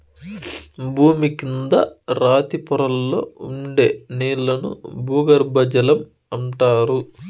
భూమి కింద రాతి పొరల్లో ఉండే నీళ్ళను భూగర్బజలం అంటారు